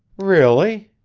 really?